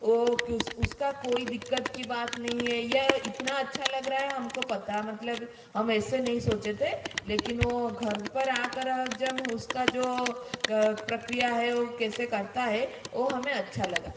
वह उसका कोई दिक्कत की बात नइ है यह इतना अच्छा लग रहा हमको पता है मतलब हम ऐसे नहीं सोचे थे लेकिन वह घर पर आकर जब उसका जो प्रक्रिया है वह कैसे करता है वह हमें अच्छा लगा